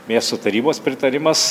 miesto tarybos pritarimas